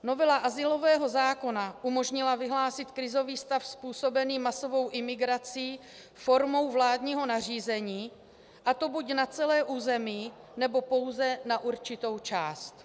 Novela azylového zákona umožnila vyhlásit krizový stav způsobený masovou imigrací formou vládního nařízení, a to buď na celé území, nebo pouze na určitou část.